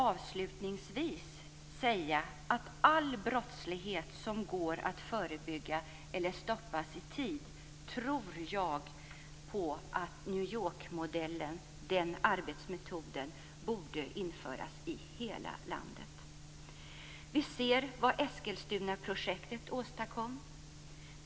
Avslutningsvis vill jag säga att för all brottslighet som går att förebygga eller stoppas i tid tror jag att New York-polisens arbetsmetoder borde genomföras i hela landet. Vi ser vad Eskilstunaprojektet åstadkom.